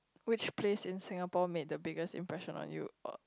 which place in Singapore made the biggest impression on you uh